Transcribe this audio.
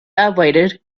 avoided